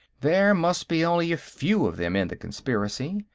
there must be only a few of them in the conspiracy.